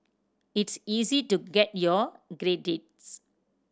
it's easy to get your credits